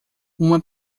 uma